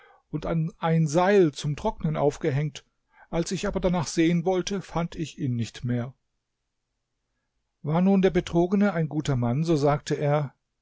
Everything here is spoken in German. und an ein seil zum trocknen aufgehängt als ich aber danach sehen wollte fand ich ihn nicht mehr war nun der betrogene ein guter mann so sagte er